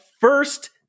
first